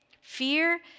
Fear